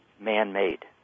man-made